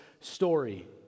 story